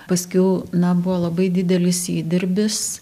paskiau na buvo labai didelis įdirbis